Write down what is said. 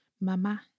Mama